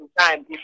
time